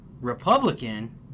republican